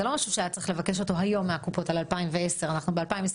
זה לא משהו שהיה צריך לבקש אותו היום מהקופות על 2010. אנחנו ב-2022.